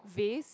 vase